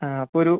ആ അപ്പം ഒരു